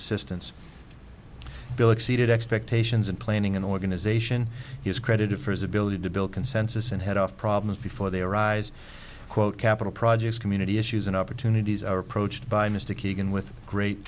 assistance bill exceeded expectations and planning and organization he is credited for his ability to build consensus and head off problems before they arise quote capital projects community issues and opportunities are approached by mr keegan with great